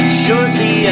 shortly